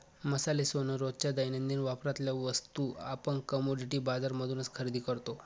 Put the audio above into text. मसाले, सोन, रोजच्या दैनंदिन वापरातल्या वस्तू आपण कमोडिटी बाजार मधूनच खरेदी करतो